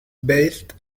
based